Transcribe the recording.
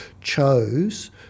chose